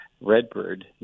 Redbird